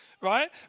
right